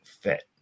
fit